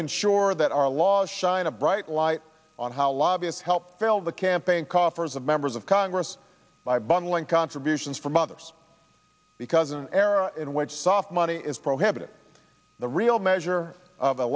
ensure that our laws shine a bright light on how lobbyists help fill the campaign coffers of members of congress by bundling contributions from others because in an era in which soft money is prohibited the real measure of a